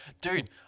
Dude